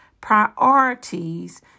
priorities